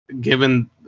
given